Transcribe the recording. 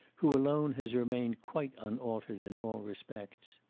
who alone has remained quite unaltered in all respects.